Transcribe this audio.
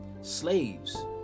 Slaves